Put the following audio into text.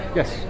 Yes